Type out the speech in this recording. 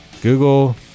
Google